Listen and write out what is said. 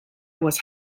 was